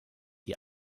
die